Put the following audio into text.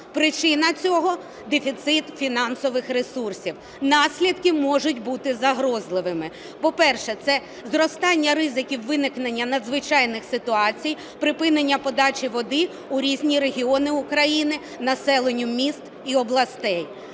Причина цього – дефіцит фінансових ресурсів. Наслідки можуть бути загрозливими. По-перше, це зростання ризиків виникнення надзвичайних ситуацій, припинення подачі води у різні регіони України, населенню міст і областей.